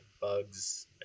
bugs